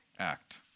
act